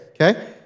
Okay